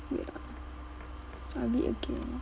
wait ah I read again